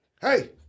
hey